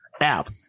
app